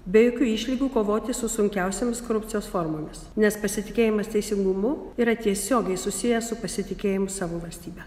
be jokių išlygų kovoti su sunkiausiomis korupcijos formomis nes pasitikėjimas teisingumu yra tiesiogiai susijęs su pasitikėjimu savo valstybe